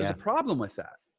and problem with that.